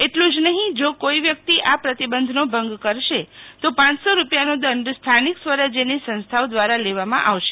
એટલું જ નહીં જો કોઈ વ્યક્તિ આ પ્રતિબંધનો ભંગ કરશે તો પાંચસો રૂપિયાનો દંડ સ્થાનિક સ્વરાજ્યની સંસ્થાઓ દ્વારા લેવામાં આવશે